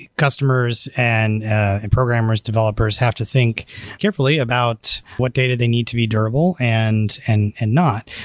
customers and and programmers, developers, have to think carefully about what data they need to be durable and and and not.